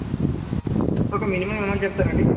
ఒక minimum amount చెప్తారా అండి